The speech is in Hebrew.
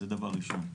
זה דבר ראשון.